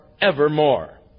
evermore